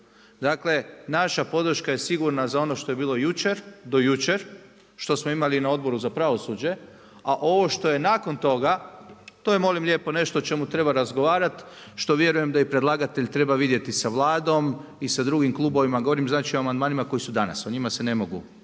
Dakle, naša podrška je sigurna za ono što je bilo do jučer, što smo imali na Odboru za pravosuđe, a ovo što je nakon toga, to je molim lijepo, nešto o čemu treba razgovarati, što vjerujem da i predlagatelj treba vidjeti sa Vladom i sa drugim klubovima. Govorim znači o amandmanima koju su danas, o njima se ne mogu